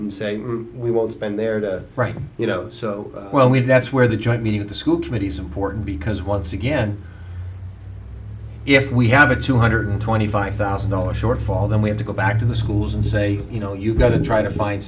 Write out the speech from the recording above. and say we won't spend there right you know so well we that's where the joint meeting of the school committee is important because once again if we have a two hundred twenty five thousand dollars shortfall then we have to go back to the schools and say you know you've got to try to find